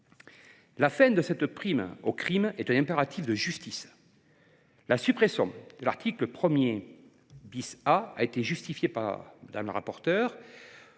La fin de cette prime au crime est un impératif de justice. La suppression de l’article 1 A a été justifiée par la rapporteure,